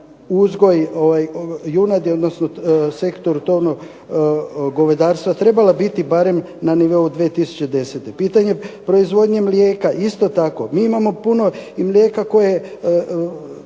uzgoj junadi odnosno sektor tovnog govedarstva trebala biti barem na nivou 2010. Pitanje proizvodnje mlijeka isto tako. Mi imamo puno mlijeka koje,